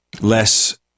less